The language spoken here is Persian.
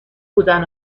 بودن